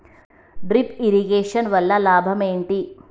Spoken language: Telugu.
డ్రిప్ ఇరిగేషన్ వల్ల లాభం ఏంటి?